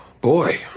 Boy